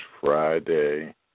Friday